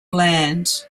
land